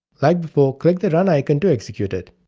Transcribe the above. like before, click the run icon to execute it.